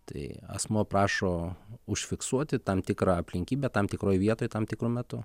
tai asmuo prašo užfiksuoti tam tikrą aplinkybę tam tikroj vietoj tam tikru metu